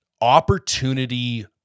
opportunity